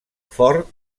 ford